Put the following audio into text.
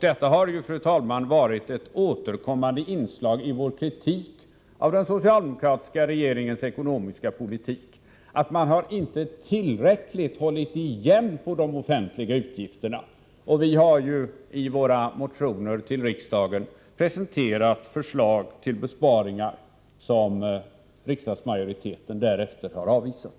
Detta har, fru talman, varit ett återkommande inslag i vår kritik av den socialdemokratiska regeringens ekonomiska politik. Man har inte tillräckligt hållit igen på de offentliga utgifterna. Vi har i våra motioner till riksdagen presenterat förslag till besparingar som riksdagsmajoriteten därefter har avvisat.